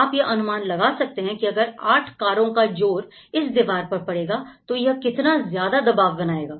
आप यह अनुमान लगा सकते हैं कि अगर 8 कारों का जोर इस दीवार पर पड़ेगा तो वह कितना ज्यादा दबाव बनाएगा